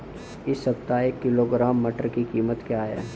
इस सप्ताह एक किलोग्राम मटर की कीमत क्या है?